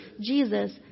Jesus